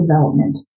development